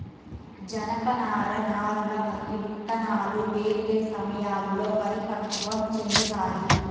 జనపనార నారలు మరియు విత్తనాలు వేర్వేరు సమయాల్లో పరిపక్వం చెందుతాయి